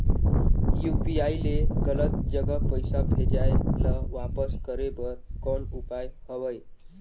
UPI ले गलत जगह पईसा भेजाय ल वापस करे बर कौन उपाय हवय?